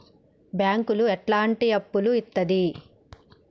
బ్యాంకులు ఎట్లాంటి అప్పులు ఇత్తది?